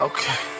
Okay